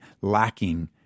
lacking